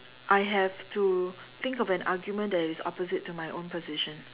I have to think of an argument that is opposite to my own position